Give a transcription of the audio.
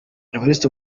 evariste